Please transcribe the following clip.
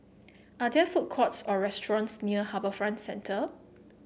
are there food courts or restaurants near HarbourFront Centre